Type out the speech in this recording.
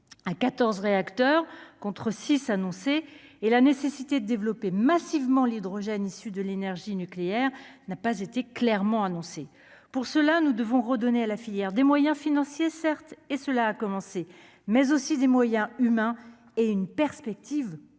à 14 réacteurs contre 6 annoncé et la nécessité de développer massivement l'hydrogène issus de l'énergie nucléaire n'a pas été clairement annoncée, pour cela nous devons redonner à la filière des moyens financiers, certes, et cela a commencé, mais aussi des moyens humains et une perspective positive